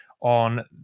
on